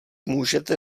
můžete